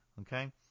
Okay